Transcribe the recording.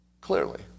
clearly